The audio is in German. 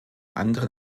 anderen